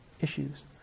issues